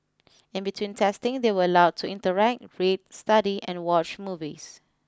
in between testing they were allowed to interact read study and watch movies